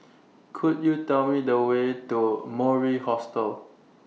Could YOU Tell Me The Way to Mori Hostel